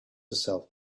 herself